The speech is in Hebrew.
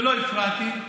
ולא הפרעתי,